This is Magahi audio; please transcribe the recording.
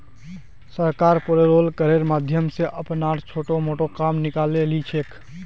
सरकार पेरोल करेर माध्यम स अपनार छोटो मोटो काम निकाले ली छेक